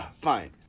fine